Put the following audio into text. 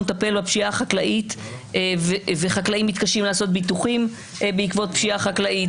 חקלאים מתקשים לעשות ביטוחים בעקבות פשיעה חקלאית.